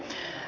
asiasta